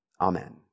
Amen